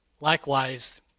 Likewise